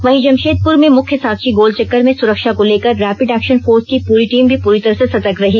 वहीं जमशेदपुर में मुख्य साकची गोल चक्कर में सुरक्षा को लेकर रेपिड एक्षन फोर्स की टीम भी पूरी तरह से सतर्क रही